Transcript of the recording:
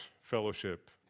fellowship